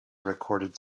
recorded